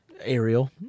Ariel